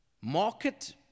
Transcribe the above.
Market